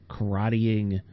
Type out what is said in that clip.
karateing